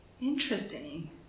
Interesting